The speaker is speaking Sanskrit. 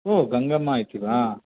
ओ गङ्गम्मा इति वा